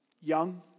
young